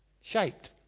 shaped